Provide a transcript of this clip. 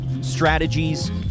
strategies